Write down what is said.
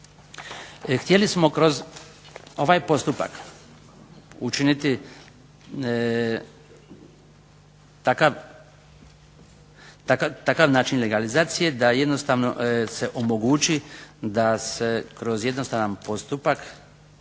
Htjeli smo kroz ovaj postupak učiniti takav način legalizacije da jednostavno se omogući da kroz jednostavan postupak